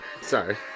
sorry